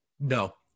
No